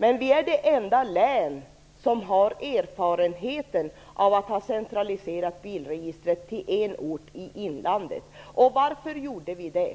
Men Norrbotten är det enda län som har erfarenheten av att ha centraliserat bilregistret till en ort i inlandet. Varför gjorde vi det?